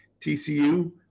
TCU